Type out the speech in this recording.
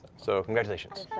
so congratulations.